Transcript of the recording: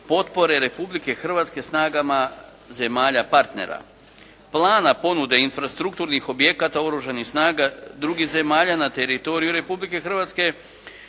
potpore Republike Hrvatske snagama zemalja partnera. Plana ponude infrastrukturnih objekata oružanih snaga drugih zemalja na teritoriju Republike Hrvatske